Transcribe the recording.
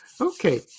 Okay